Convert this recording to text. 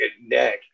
neck